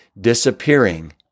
disappearing